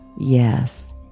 Yes